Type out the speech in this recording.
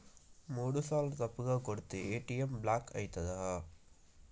మూడుసార్ల తప్పుగా కొడితే ఏ.టి.ఎమ్ బ్లాక్ ఐతదా?